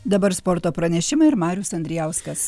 dabar sporto pranešimai ir marius andrijauskas